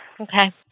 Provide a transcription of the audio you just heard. Okay